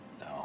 No